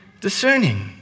discerning